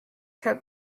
took